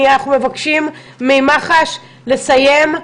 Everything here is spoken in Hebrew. אנחנו מבקשים ממח"ש לסיים,